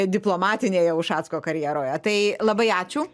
diplomatinėje ušacko karjeroje tai labai ačiū